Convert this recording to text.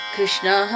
Krishna